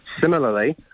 Similarly